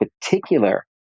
particular